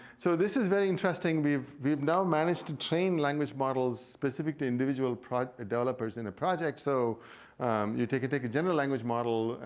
so this is very interesting, we've we've now managed to train language models, specific to individual developers in a project. so you take take a general language model,